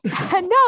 No